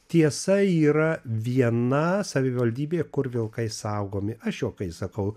tiesa yra viena savivaldybė kur vilkai saugomi aš juokais sakau